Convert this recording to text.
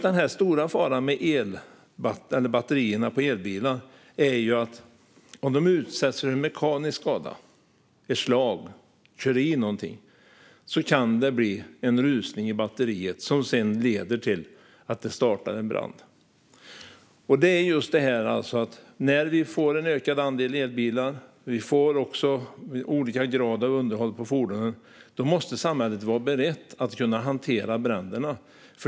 Den stora faran med batterierna i elbilar är att det om de utsätts för mekanisk skada, som ett slag eller att man kör in i någonting, kan bli en rusning i batteriet som sedan leder till en brand. Det är just detta: När vi får en ökad andel elbilar och olika grad av underhåll på fordonen måste samhället vara berett att hantera bränderna.